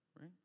right